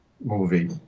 movie